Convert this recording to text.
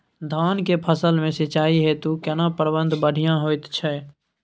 धान के फसल में सिंचाई हेतु केना प्रबंध बढ़िया होयत छै?